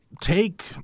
take –